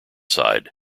side